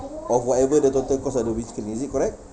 of whatever the total cost of the windscreen is it correct